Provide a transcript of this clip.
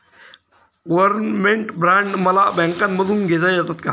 Government bond मला बँकेमधून घेता येतात का?